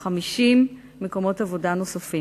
מקומות העבודה הנוספים.